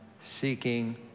seeking